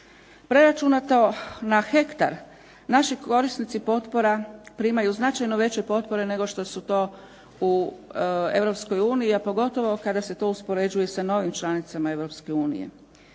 Preračunato na hektar naši korisnici potpora primaju značajno veće potpore nego što su to u EU, a pogotovo kada se to uspoređuje sa novim članicama EU.